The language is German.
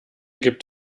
gibt